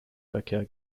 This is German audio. verkehr